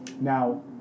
now